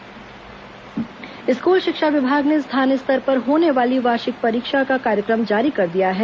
परीक्षा समय सारिणी स्कूल शिक्षा विभाग ने स्थानीय स्तर पर होने वाली वार्षिक परीक्षा का कार्यक्रम जारी कर दिया है